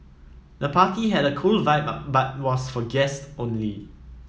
the party had a cool vibe but was for guests only